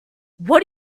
what